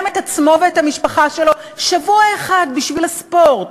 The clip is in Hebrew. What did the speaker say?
את עצמו ואת המשפחה שלו שבוע אחד בשביל הספורט,